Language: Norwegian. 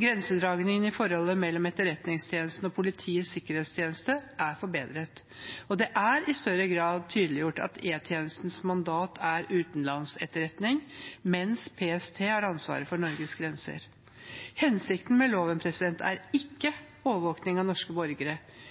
Grensedragningen i forholdet mellom Etterretningstjenesten og Politiets sikkerhetstjeneste er forbedret, og det er i større grad tydeliggjort at E-tjenestens mandat er utenlandsetterretning, mens PST har ansvaret for Norges grenser. Hensikten med loven er ikke overvåkning av norske borgere,